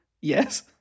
yes